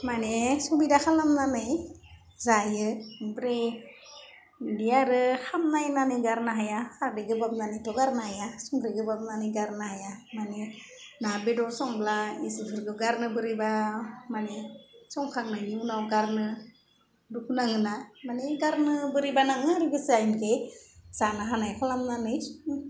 माने सुबिदा खालामनानै जायो ओमफ्राय बिदि आरो खामनाय होन्नानै गारनो हाया खारदै गोबाब होननानैथ' गारनो हाया संख्रि गोबाब होन्नानै गारनो हाया माने ना बेदर संब्ला बिसोरफोरखौ गारनो बोरैबा माने संखांनायनि उनाव गारनो दुखु नाङोना माने गारनो बोरैबा नाङो आरो गोसोआ बिदि जानो हानाय खालामनानै सं